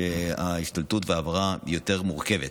ההשתלטות וההעברה יותר מורכבות.